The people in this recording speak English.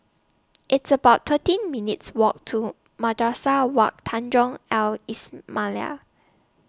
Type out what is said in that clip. It's about thirteen minutes' Walk to Madrasah Wak Tanjong Al Islamiah